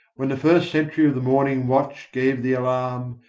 when the first sentry of the morning watch gave the alarm,